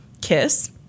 KISS